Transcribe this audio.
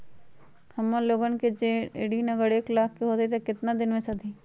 हमन लोगन के जे ऋन अगर एक लाख के होई त केतना दिन मे सधी?